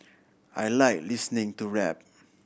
I like listening to rap